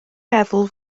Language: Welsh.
meddwl